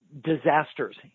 disasters